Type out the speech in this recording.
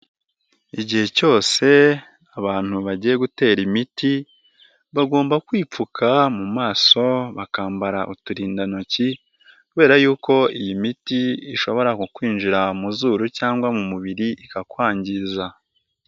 Igihe cyose abantu bagiye gutera imiti bagomba kwipfuka mu maso, bakambara uturindantoki kubera yuko iyi miti ishobora kukwinjira mu zuru cyangwa mu mubiri ikakwangiza.